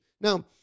Now